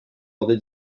bordée